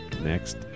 next